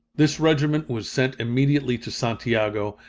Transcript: this regiment was sent immediately to santiago,